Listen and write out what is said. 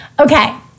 okay